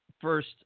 first